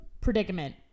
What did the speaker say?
predicament